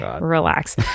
Relax